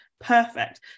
perfect